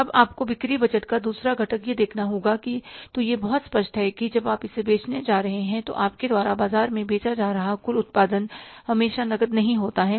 अब आपको बिक्री बजट का दूसरा घटक यह देखना होगा तो यह बहुत स्पष्ट है कि जब आप इसे बेचने जा रहे हैं तो आपके द्वारा बाजार में बेचा जा रहा कुल उत्पादन हमेशा नकद नहीं होता है